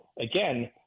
again